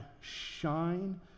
shine